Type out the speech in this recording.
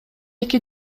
эки